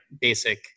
Basic